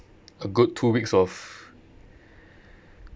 a good two weeks of